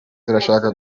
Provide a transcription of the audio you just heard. turashaka